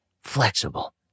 flexible